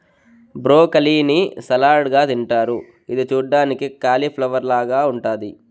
broccoli ని salad గా తింటారు ఇది చూడ్డానికి కాలిఫ్లవర్ లాగ ఉంటాది